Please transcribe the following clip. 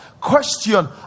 Question